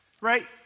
right